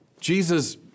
Jesus